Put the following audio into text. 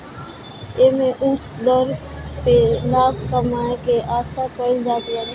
एमे उच्च दर पे लाभ कमाए के आशा कईल जात बाटे